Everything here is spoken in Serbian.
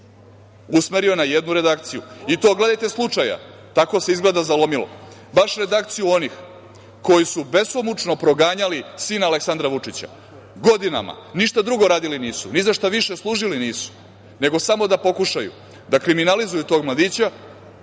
Usmerio na jednu redakciju. I to, gledajte slučaja, tako se, izgleda, zalomilo, baš redakciju onih koji su besomučno proganjali sina Aleksandra Vučića, godinama, ništa drugo radili nisu, ni za šta više služili nisu, nego samo da pokušaju da kriminalizuju tog mladića,